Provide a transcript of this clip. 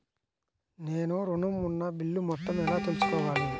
నేను ఋణం ఉన్న బిల్లు మొత్తం ఎలా తెలుసుకోవాలి?